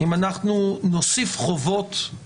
לא יכול לשלוח מסר אלקטרוני,